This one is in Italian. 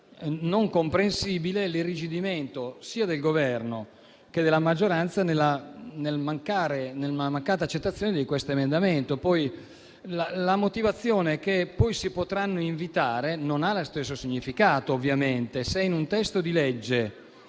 non comprensibile l'irrigidimento sia del Governo che della maggioranza nella mancata accettazione di questo emendamento. La motivazione che poi i Comuni "si potranno invitare" non ha lo stesso significato, ovviamente. Se in un testo di legge,